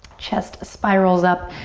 chest spirals up.